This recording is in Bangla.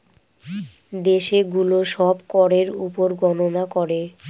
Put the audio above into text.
দেশে গুলো সব করের উপর গননা করে